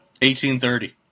1830